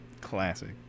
Classic